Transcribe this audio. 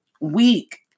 week